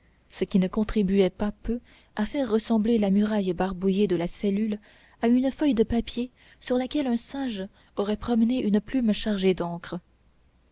ce qui ne contribuait pas peu à faire ressembler la muraille barbouillée de la cellule à une feuille de papier sur laquelle un singe aurait promené une plume chargée d'encre